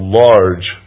large